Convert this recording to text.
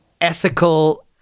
ethical